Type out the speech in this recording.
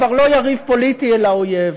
כבר לא יריב פוליטי אלא אויב.